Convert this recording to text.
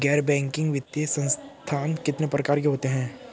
गैर बैंकिंग वित्तीय संस्थान कितने प्रकार के होते हैं?